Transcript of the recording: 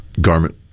garment